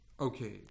Okay